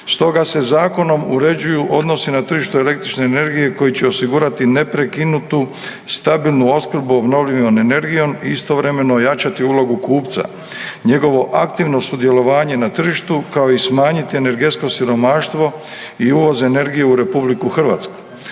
Stoga se zakonom uređuju odnosi na tržištu električne energije koji će osigurati neprekinutu, stabilnu opskrbu obnovljivom energijom i istovremeno ojačati ulogu kupca, njegovo aktivno sudjelovanje na tržištu kao i smanjiti energetsko siromaštvo i uvoz energije u RH.